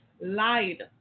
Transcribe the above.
lied